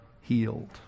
healed